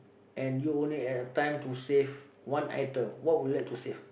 and you only had time to save one item what would you like to save